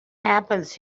happens